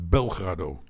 Belgrado